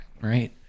right